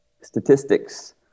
statistics